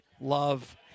Love